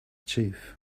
chief